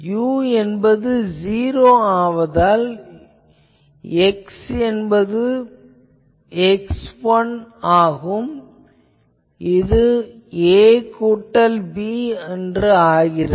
u என்பது 0 ஆவதால் x என்பது x1 ஆகும் இது a கூட்டல் b ஆகிறது